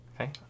Okay